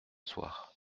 soir